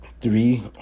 Three